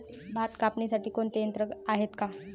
भात कापणीसाठी कोणते यंत्र आहेत का?